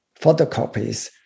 photocopies